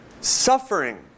Suffering